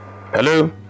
Hello